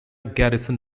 garrison